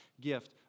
gift